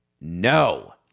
no